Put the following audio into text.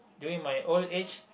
during my old age